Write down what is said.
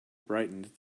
brightened